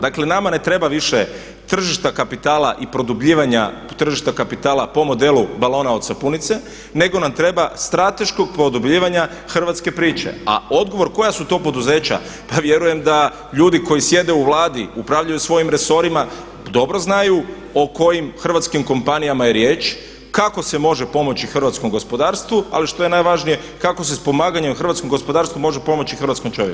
Dakle, nama ne treba više tržišta kapitala i produbljivanja tržišta kapitala po modelu balona od sapunice nego nam treba strateško produbljivanja hrvatske priče a odgovor koja su to poduzeća pa vjerujem da ljudi koji sjede u Vladi upravljaju svojim resorima dobro znaju o kojim Hrvatskim kompanijama je riječ, kako se može pomoći hrvatskom gospodarstvu ali što je najvažnije ali kako se pomaganje u hrvatskom gospodarstvu može pomoći hrvatskom čovjeku.